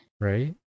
Right